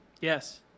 Yes